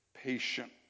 patient